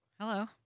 Hello